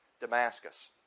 Damascus